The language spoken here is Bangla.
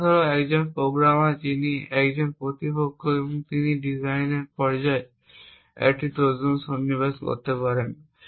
উদাহরণস্বরূপ একজন প্রোগ্রামার যিনি একজন প্রতিপক্ষ তিনি ডিজাইনের পর্যায়ে একটি ট্রোজান সন্নিবেশ করতে পারেন